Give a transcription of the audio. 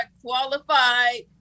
qualified